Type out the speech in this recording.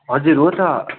हजुर हो त